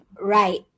right